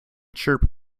chirp